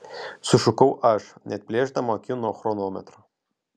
sušukau aš neatplėšdama akių nuo chronometro